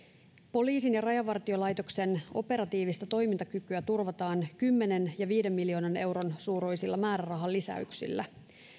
poliisin ja rajavartiolaitoksen operatiivista toimintakykyä turvataan kymmenen ja viiden miljoonan euron suuruisilla määrärahalisäyksillä